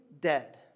dead